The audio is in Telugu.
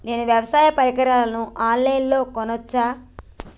నేను వ్యవసాయ పరికరాలను ఆన్ లైన్ లో కొనచ్చా?